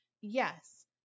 Yes